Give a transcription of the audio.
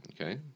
Okay